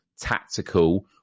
tactical